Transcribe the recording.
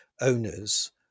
owners